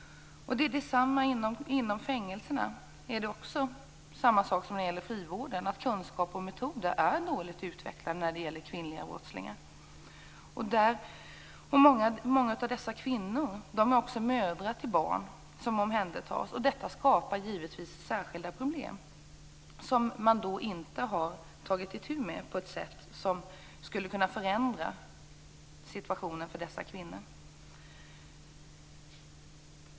Inom fängelserna är det också samma sak som när det gäller frivården, dvs. att kunskap och metoder är dåligt utvecklade när det gäller kvinnliga brottslingar. Många av dessa kvinnor är också mödrar till barn som omhändertas, och detta skapar givetvis särskilda problem, som man då inte har tagit itu med på ett sätt som skulle kunna förändra situationen för dessa kvinnor.